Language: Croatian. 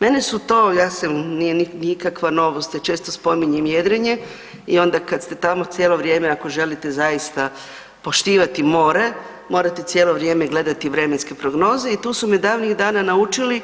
Mene su to, ja sam, nije nikakva novost, ja često spominjem jedrenje i onda kad ste tamo, cijelo vrijeme, ako želite zaista poštivati more, morate cijelo vrijeme gledati vremenske prognoze i tu su me davnih dana naučili